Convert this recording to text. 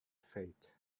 fate